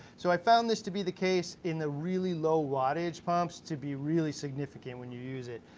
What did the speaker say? so i've found this to be the case in the really low wattage pumps, to be really significant when you use it.